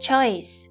Choice